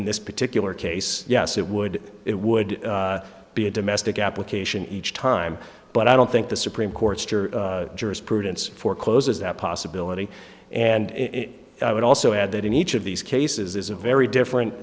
in this particular case yes it would it would be a domestic application each time but i don't think the supreme court's jurisprudence forecloses that possibility and i would also add that in each of these cases is a very different